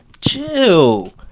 chill